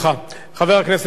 חבר הכנסת אברהם דואן, בבקשה.